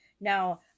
now